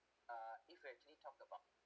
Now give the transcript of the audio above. uh if you actually talked about